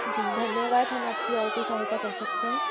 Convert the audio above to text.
जी धन्यवाद हम आपकी और कोई सहायता कर सकते हैं